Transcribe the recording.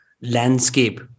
landscape